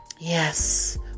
Yes